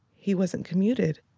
he wasn't commuted.